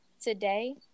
Today